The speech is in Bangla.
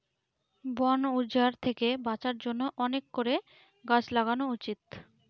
বন উজাড় থেকে বাঁচার জন্য অনেক করে গাছ লাগানো উচিত